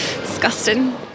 disgusting